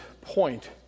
point